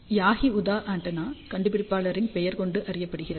யாகி Uda antenna கண்டுபிடிப்பாளர்களின் பெயர் கொண்டு அறியப்படுகிறது